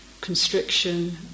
constriction